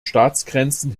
staatsgrenzen